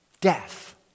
death